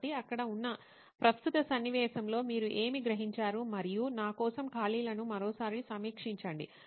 కాబట్టి అక్కడ ఉన్న ప్రస్తుత సన్నివేశంలో మీరు ఏమి గ్రహించారు మరియు నా కోసం ఖాళీలను మరోసారి సమీక్ష చండి